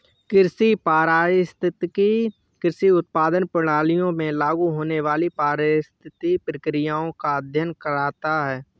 कृषि पारिस्थितिकी कृषि उत्पादन प्रणालियों पर लागू होने वाली पारिस्थितिक प्रक्रियाओं का अध्ययन करता है